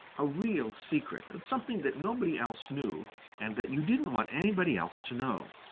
a real secret, something that nobody else knew and that you didn't want anybody else to know.